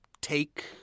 take